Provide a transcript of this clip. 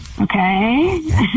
Okay